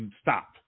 Stop